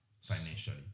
financially